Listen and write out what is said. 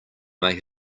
may